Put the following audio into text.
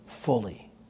fully